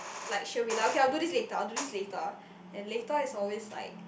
like she'll be lah I'll do this later I'll do this later and later is always like